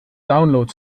download